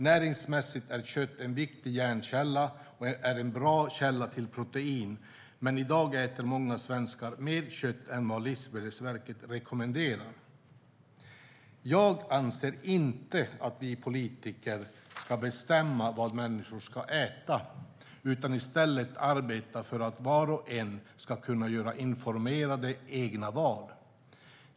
Näringsmässigt är kött en viktig järnkälla och en bra källa till protein, men i dag äter många svenskar mer kött än vad Livsmedelsverket rekommenderar. Jag anser inte att vi politiker ska bestämma vad människor ska äta utan i stället arbeta för att var och en ska kunna göra informerade egna val.